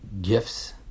gifts